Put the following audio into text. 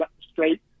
straight